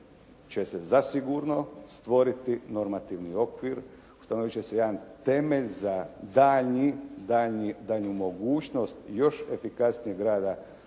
će se zasigurno stvoriti normativni okvir, ustanovit će se jedan temelj za daljnji, daljnju mogućnost još efikasnijeg rada